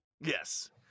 Yes